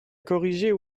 corriger